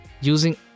using